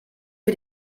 für